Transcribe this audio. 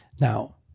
Now